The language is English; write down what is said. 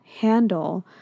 handle